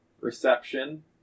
reception